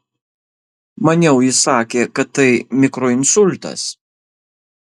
maniau jis sakė kad tai mikroinsultas